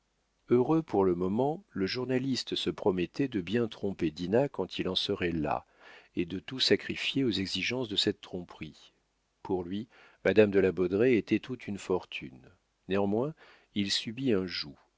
heureux pour le moment le journaliste se promettait de bien tromper dinah quand il en serait las et de tout sacrifier aux exigences de cette tromperie pour lui madame de la baudraye était toute une fortune néanmoins il subit un joug